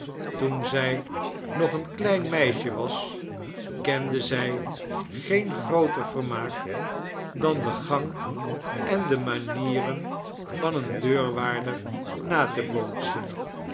toen zij nog een klein meisje was kende zij geengrooter vermaak dan den gang en de manieren van een deurwaarder na te bootsen